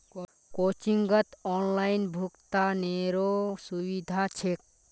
कोचिंगत ऑनलाइन भुक्तानेरो सुविधा छेक